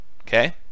Okay